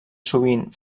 sovint